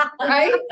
right